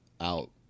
out